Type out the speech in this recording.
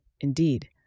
Indeed